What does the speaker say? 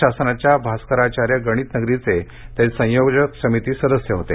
राज्य शासनाच्या आस्कराचार्य गणित नगरीचे ते संयोजक समिती सदस्य होते